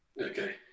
okay